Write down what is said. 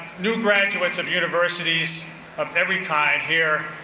new graduates of universities of every kind here,